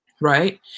Right